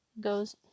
goes